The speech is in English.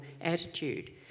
attitude